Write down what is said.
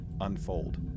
unfold